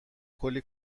کلی